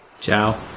Ciao